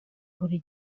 buri